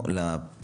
לא, לא.